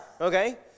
Okay